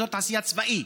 אזור תעשייה צבאי,